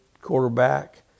quarterback –